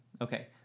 Okay